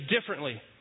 differently